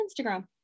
Instagram